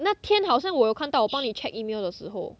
那天好像我有看到我帮你 check email 的时候